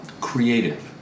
creative